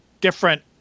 different